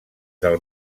del